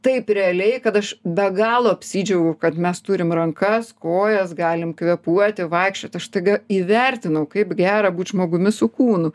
taip realiai kad aš be galo apsidžiaugiau kad mes turim rankas kojas galim kvėpuoti vaikščiot aš staiga įvertinau kaip gera būt žmogumi su kūnu